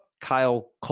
Kyle